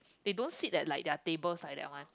they don't sit at like their tables like that one